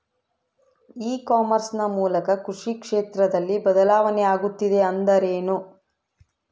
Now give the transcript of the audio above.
E commerce ನ ಮೂಲಕ ಕೃಷಿ ಕ್ಷೇತ್ರದಲ್ಲಿ ಬದಲಾವಣೆ ಆಗುತ್ತಿದೆ ಎಂದರೆ ಏನು?